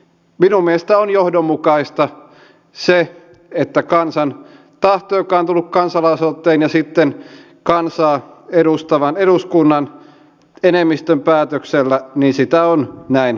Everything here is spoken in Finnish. minun mielestäni on johdonmukaista se että kansan tahtoa joka on tullut kansalaisaloitteen ja sitten kansaa edustavan eduskunnan enemmistön päätöksellä on näin kunnioitettu